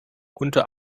unter